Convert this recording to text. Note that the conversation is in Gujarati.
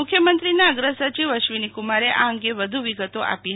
મુખ્યમંત્રીના અગ્રસચિવ અશ્વિનીકુમારે આ અંગે વિગતો આપી હતી